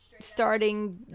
starting